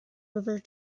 river